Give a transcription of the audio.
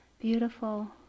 beautiful